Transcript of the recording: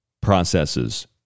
processes